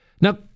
Now